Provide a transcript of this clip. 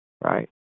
right